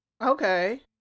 okay